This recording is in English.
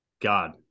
God